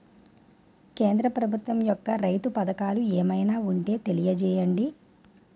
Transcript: కేంద్ర ప్రభుత్వం యెక్క రైతు పథకాలు ఏమైనా ఉంటే తెలియజేయండి?